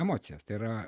emocijas tai yra